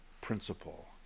principle